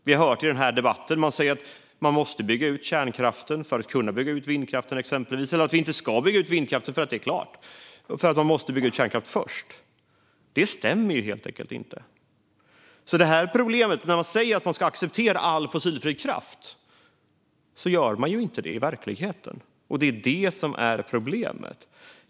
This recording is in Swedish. I debatten har vi hört att kärnkraften måste byggas ut för att vindkraften ska kunna byggas ut eller att vindkraften inte ska byggas ut för att kärnkraften måste byggas ut först. Detta stämmer helt enkelt inte. Regeringen säger att man accepterar all fossilfri kraft. Men det gör man inte i verkligheten, och det är problemet.